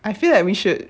I feel like we should